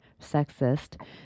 sexist